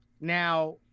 Now